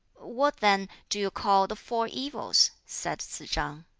what, then, do you call the four evils? said tsz-chang.